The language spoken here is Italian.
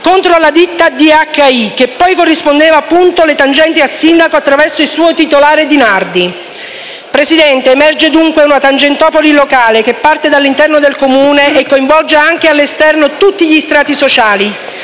contro la ditta DHI, che poi corrispondeva appunto le tangenti al sindaco attraverso il suo titolare Di Nardi. Signora Presidente, emerge dunque una tangentopoli locale che parte dall’interno del Comune e coinvolge anche all’esterno tutti gli strati sociali,